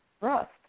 rust